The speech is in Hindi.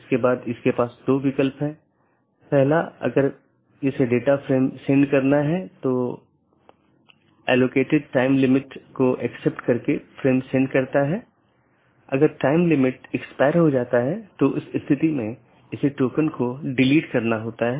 तो इसका मतलब है एक बार अधिसूचना भेजे जाने बाद डिवाइस के उस विशेष BGP सहकर्मी के लिए विशेष कनेक्शन बंद हो जाता है और संसाधन जो उसे आवंटित किये गए थे छोड़ दिए जाते हैं